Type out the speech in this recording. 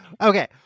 Okay